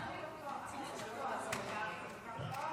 אני רוצה להתייחס לאופוזיציה: חבריי,